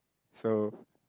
so